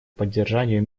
поддержанию